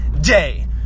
day